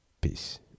Peace